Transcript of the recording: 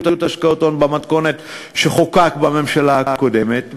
השקעות הון במתכונת שחוקקה בממשלה הקודמת,